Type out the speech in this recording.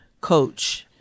coach